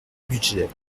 budget